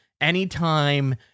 anytime